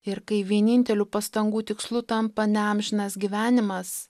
ir kai vieninteliu pastangų tikslu tampa ne amžinas gyvenimas